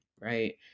right